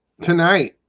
Tonight